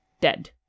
dead